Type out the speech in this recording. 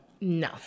No